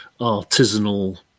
artisanal